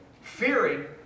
fearing